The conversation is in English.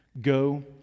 Go